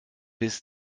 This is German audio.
bis